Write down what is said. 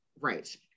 Right